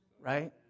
right